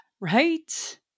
Right